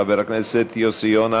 חבר הכנסת יוסי יונה,